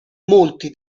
molti